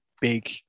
big